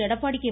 Edappadi K